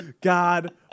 God